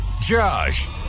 Josh